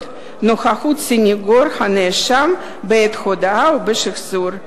(נוכחות סניגור הנאשם בעת הודיה ושחזור)